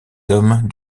hommes